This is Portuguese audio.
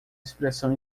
expressão